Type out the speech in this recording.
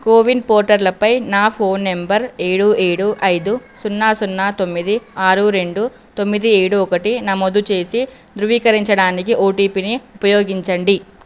CoWIN పోర్టల్పై నా phone number ఏడు ఏడు ఐదు సున్నా సున్నా తొమ్మిది ఆరు రెండు తొమ్మిది ఏడు ఒకటి నమోదు చేసి ధృవీకరరించడానికి ఓటిపిని ఉపయోగించండి